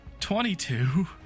22